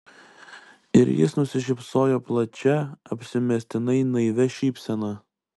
ir jis nusišypsojo plačia apsimestinai naivia šypsena